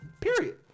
Period